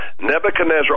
Nebuchadnezzar